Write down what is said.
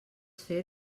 fer